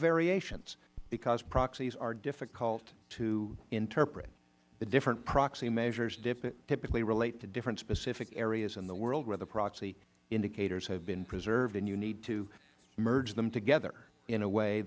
variations because proxies are difficult to interpret the different proxy measures typically relate to different specific areas in the world where the proxy indicators have been preserved and you need to merge them together in a way